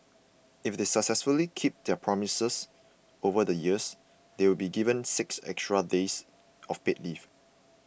if they successfully keep their promises over the years they'll be given six extra days of paid leave